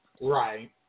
Right